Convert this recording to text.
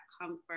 comfort